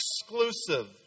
exclusive